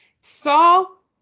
Saul